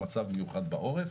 מצב מיוחד בעורף